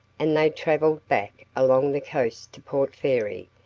and they travelled back along the coast to port fairy,